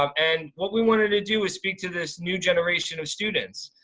um and what we wanted to do is speak to this new generation of students.